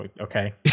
okay